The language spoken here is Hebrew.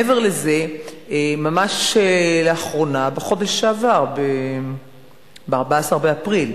מעבר לזה, ממש לאחרונה, בחודש שעבר, ב-14 באפריל,